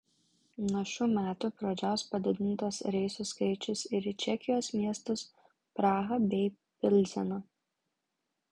nuo šių metų pradžios padidintas reisų skaičius ir į čekijos miestus prahą bei pilzeną